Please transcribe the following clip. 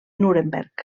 nuremberg